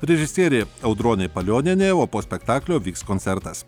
režisierė audronė palionienė o po spektaklio vyks koncertas